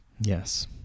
Yes